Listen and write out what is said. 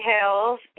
Hills